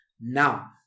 Now